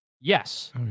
Yes